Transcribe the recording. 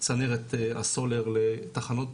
צנרת הסולר לתחנות